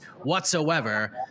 whatsoever